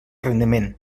rendiment